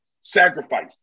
Sacrifice